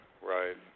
right